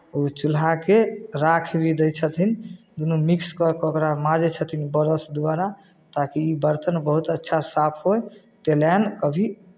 ओ चूल्हाके राख भी दै छथिन दुनू मिक्स कऽ कऽ ओकरा माँजै छथिन ब्रश द्वारा ताकि ओ बरतन बहुत अच्छा साफ होय तेलाइन कभी